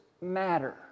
matter